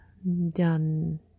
done